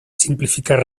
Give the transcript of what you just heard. simplificar